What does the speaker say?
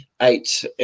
Eight